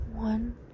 One